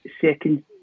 second